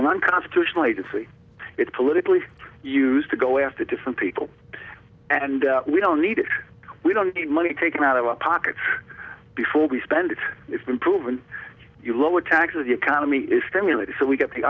unconstitutional agency it's politically used to go after different people and we don't need it we don't need money taken out of our pockets before we spend it it's been proven you lower taxes the economy is stimulated so we get the